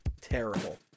terrible